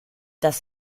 dass